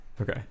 Okay